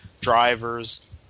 drivers